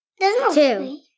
Two